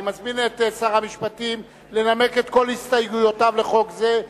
אני מזמין את שר המשפטים לנמק את כל הסתייגויותיו לחוק זה,